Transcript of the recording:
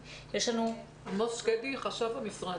מר עמוס שקדי, חשב המשרד.